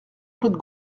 claude